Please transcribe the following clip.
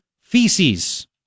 feces